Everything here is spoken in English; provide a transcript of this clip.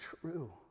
true